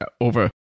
over